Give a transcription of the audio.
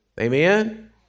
Amen